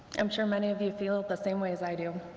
i'm sure many of you feel the same way as i do.